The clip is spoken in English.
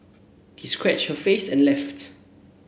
he scratched her face and left